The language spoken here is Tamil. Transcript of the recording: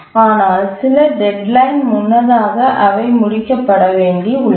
ஆனால் சில டெட்லைன் முன்னதாக அவை முடிக்கப்பட வேண்டி உள்ளது